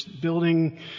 building